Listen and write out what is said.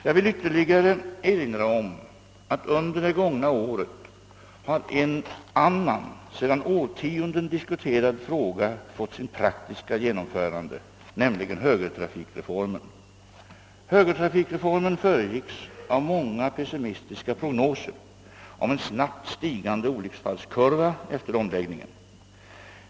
Jag vill ytterligare erinra om att under det gångna året har en annan sedan årtionden diskuterad fråga fått sitt praktiska genomförande, nämligen högertrafikreformen. Den föregicks av många pessimistiska prognoser om en snabbt stigande olycksfallskurva efter omläggningen.